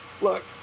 look